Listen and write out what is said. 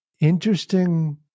interesting